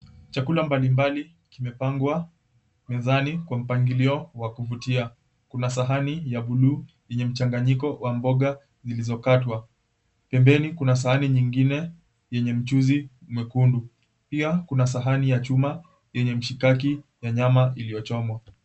Chakula mbali mbali kimepangwa mezani kwa mpangilio wa kuvutia. Kuna sahani ya buluu yenye mchanganyiko wa mboga zilizokatwa. Pembeni kuna sahani nyingine yenye mchuzi mwekundu, pia kuna sahani ya chuma yenye mshikaki ya nyama iliyochomwa.